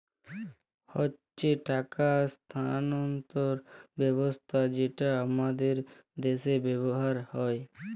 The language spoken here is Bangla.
হচ্যে টাকা স্থানান্তর ব্যবস্থা যেটা হামাদের দ্যাশে ব্যবহার হ্যয়